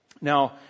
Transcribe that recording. Now